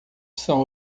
são